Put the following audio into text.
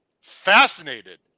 Fascinated